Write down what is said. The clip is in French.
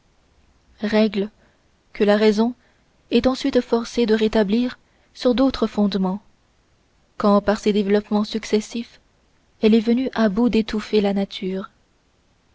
règles que la raison est ensuite forcée de rétablir sur d'autres fondements quand par ses développements successifs elle est venue à bout d'étouffer la nature